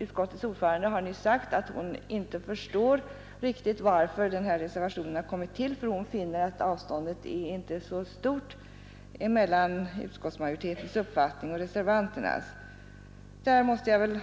Utskottets ordförande har nyss sagt att hon inte förstår riktigt varför denna reservation kommit till. Hon finner att avståndet inte är så stort mellan utskottsmajoritetens uppfattning och reservanternas. Där måste jag